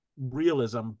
realism